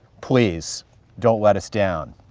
please don't let us down.